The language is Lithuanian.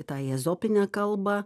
į tą ezopinę kalbą